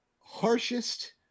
harshest